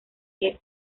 que